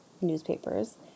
newspapers